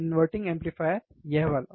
inverter amplifier यह वाला